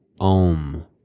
OM